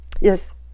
Yes